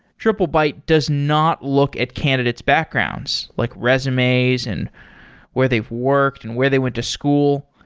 triplebyte does not look at candidate's backgrounds, like resumes and where they've worked and where they went to school.